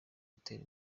gutera